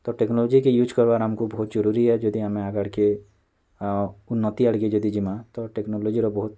ତ ଟେକ୍ନୋଜି କି ୟୁଜ୍ କର୍ବାର୍ ଆମ୍କୁ ବହୁ ଜରୁରୀ ଏ ଯଦି ଆମେ ଆଗାଡ଼୍କେ ଉନ୍ନତ୍ତି ଆଡ଼୍କେ ଯଦି ଜିମା ତ ଟେକ୍ନୋଲୋଜିର ବହୁତ